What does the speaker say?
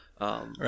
Right